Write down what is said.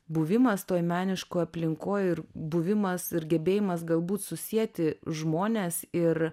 buvimas toj meniškoj aplinkoj ir buvimas ir gebėjimas galbūt susieti žmones ir